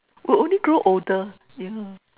will only grow older yeah